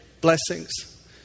blessings